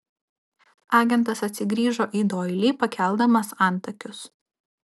agentas atsigrįžo į doilį pakeldamas antakius